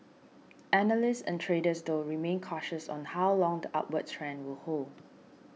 analysts and traders though remain cautious on how long the upward trend will hold